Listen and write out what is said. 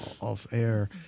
off-air